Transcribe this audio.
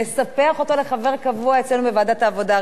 נספח אותו לחבר קבוע אצלנו בוועדת העבודה,